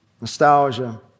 nostalgia